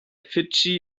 fidschi